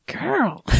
girl